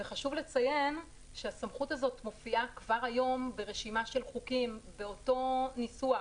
חשוב לציין שהסמכות הזאת מופיעה כבר היום ברשימה של חוקים באותו ניסוח